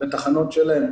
בתחנות שלהם.